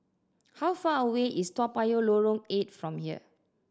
how far away is Toa Payoh Lorong Eight from here